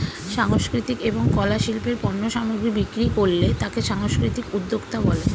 সাংস্কৃতিক এবং কলা শিল্পের পণ্য সামগ্রী বিক্রি করলে তাকে সাংস্কৃতিক উদ্যোক্তা বলে